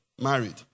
married